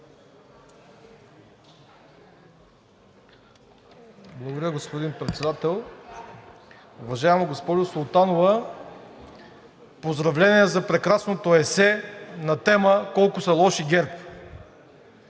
Благодаря, господин Председател. Уважаема госпожо Султанова, поздравления за прекрасното есе на тема: колко са лоши ГЕРБ.